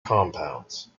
compounds